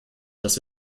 dass